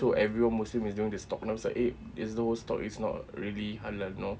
so everyone muslim is doing the stock then I was like eh this whole stock is not really halal you know